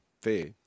fair